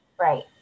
right